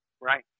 Right